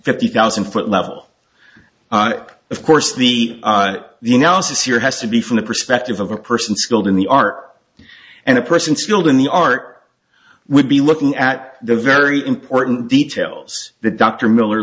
fifty thousand foot level up of course the the analysis here has to be from the perspective of a person skilled in the art and a person skilled in the art would be looking at the very important details that dr miller